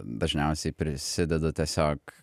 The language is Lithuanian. dažniausiai prisidedu tiesiog